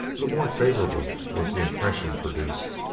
the more favorable was the impression produced.